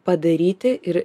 padaryti ir